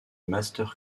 master